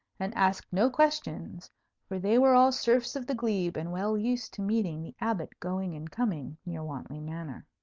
and asked no questions for they were all serfs of the glebe, and well used to meeting the abbot going and coming near wantley manor.